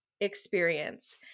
experience